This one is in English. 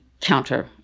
counter